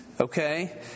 Okay